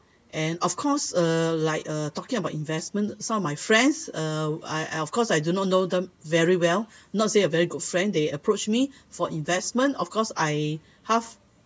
and of course uh like uh talking about investment some of my friends uh I I of course I do not know them very well not say a very good friend they approached me for investment of course I half